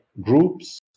groups